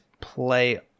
play